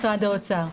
משרד האוצר.